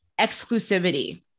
exclusivity